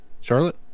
Charlotte